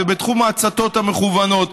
זה בתחום ההצתות המכוונות.